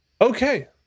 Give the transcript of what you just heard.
Okay